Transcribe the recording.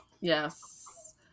Yes